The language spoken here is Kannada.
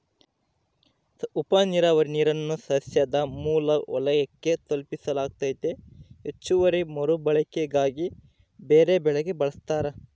ಉಪನೀರಾವರಿ ನೀರನ್ನು ಸಸ್ಯದ ಮೂಲ ವಲಯಕ್ಕೆ ತಲುಪಿಸಲಾಗ್ತತೆ ಹೆಚ್ಚುವರಿ ಮರುಬಳಕೆಗಾಗಿ ಬೇರೆಬೆಳೆಗೆ ಬಳಸ್ತಾರ